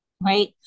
right